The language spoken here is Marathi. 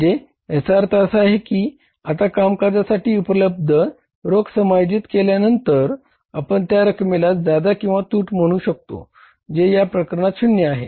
म्हणजे याचा अर्थ असा की आता कामकाजासाठी उपलब्ध रोख समायोजित केल्यानंतर आपण त्या रकमेला ज्यादा किंवा तूट म्हणू शकतो जे या प्रकरणात शून्य आहे